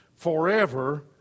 Forever